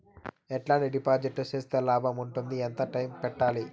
ఎట్లాంటి డిపాజిట్లు సేస్తే లాభం ఉంటుంది? ఎంత టైము పెట్టాలి?